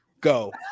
Go